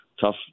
tough